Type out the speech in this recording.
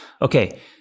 Okay